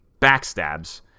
backstabs